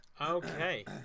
okay